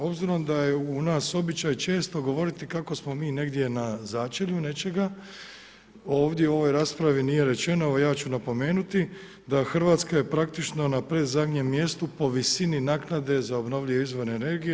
Obzirom da je u nas običaj često govoriti kako smo mi negdje na začelju nečega, ovdje u ovoj raspravi nije rečeno, evo ja ću napomenuti da RH je praktično na predzadnjem mjestu po visini naknade za obnovljive izvore energije.